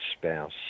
spouse